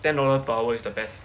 ten dollar per hour is the best